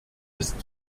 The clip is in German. ist